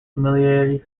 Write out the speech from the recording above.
familiarity